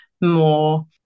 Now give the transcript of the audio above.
more